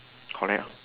correct orh